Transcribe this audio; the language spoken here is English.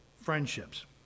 friendships